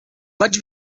vaig